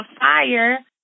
fire